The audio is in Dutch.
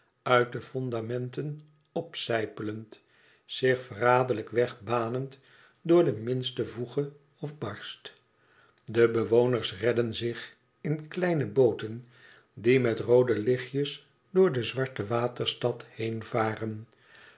uit de fondamenten opsijpelend zich verraderlijk weg banend door de minste voege of barst de bewoners redden zich in kleine booten die met roode lichtjes door de zwarte